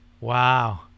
Wow